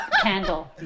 candle